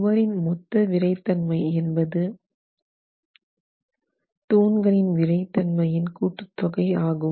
சுவரின் மொத்த விறைத்தன்மை என்பது தூண்களின் விறைத்தன்மையின் கூட்டுத்தொகை ஆகும்